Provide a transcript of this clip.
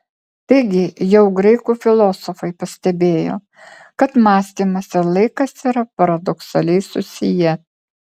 taigi jau graikų filosofai pastebėjo kad mąstymas ir laikas yra paradoksaliai susiję